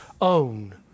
own